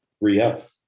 re-up